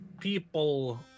people